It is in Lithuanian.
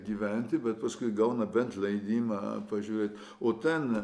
gyventi bet paskui gauna bent leidimą pažiūrėt o ten